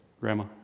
grandma